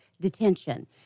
detention